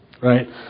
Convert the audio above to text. Right